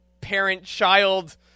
parent-child